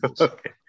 Okay